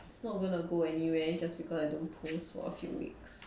it's not gonna go anywhere just because I don't post for a few weeks